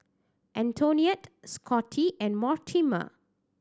Antonetta Scotty and Mortimer